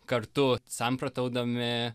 kartu samprotaudami